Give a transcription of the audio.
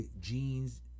jeans